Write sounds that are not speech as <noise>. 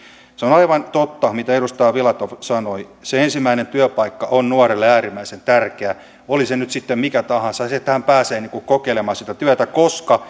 on aivan totta mitä edustaja filatov sanoi se ensimmäinen työpaikka on nuorelle äärimmäisen tärkeä oli se nyt sitten mikä tahansa ja se että hän pääsee kokeilemaan sitä työtä koska <unintelligible>